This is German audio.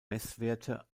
messwerte